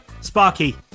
Sparky